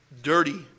Dirty